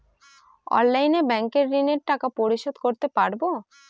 অনলাইনে ব্যাংকের ঋণের টাকা পরিশোধ করতে পারবো?